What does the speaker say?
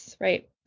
right